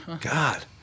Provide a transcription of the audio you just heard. god